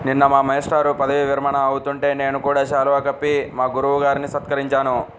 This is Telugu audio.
నిన్న మా మేష్టారు పదవీ విరమణ అవుతుంటే నేను కూడా శాలువా కప్పి మా గురువు గారిని సత్కరించాను